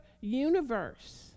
universe